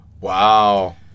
Wow